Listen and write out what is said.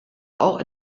auch